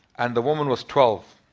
and the woman was twelve.